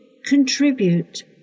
contribute